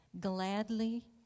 gladly